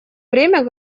время